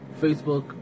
Facebook